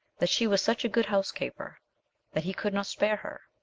that she was such a good housekeeper that he could not spare her.